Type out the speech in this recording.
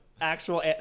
actual